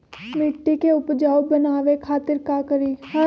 मिट्टी के उपजाऊ बनावे खातिर का करी?